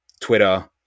Twitter